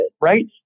right